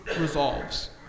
resolves